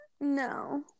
No